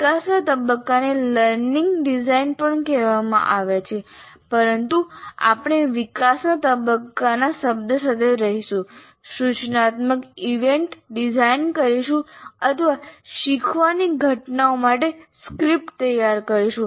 વિકાસના તબક્કાને learning design પણ કહેવામાં આવે છે પરંતુ આપણે વિકાસના તબક્કાના શબ્દ સાથે રહીશું સૂચનાત્મક ઇવેન્ટ્સ ડિઝાઇન કરીશું અથવા શીખવાની ઘટનાઓ માટે સ્ક્રિપ્ટ તૈયાર કરીશું